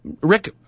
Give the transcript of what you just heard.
rick